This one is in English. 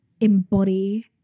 embody